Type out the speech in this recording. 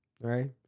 Right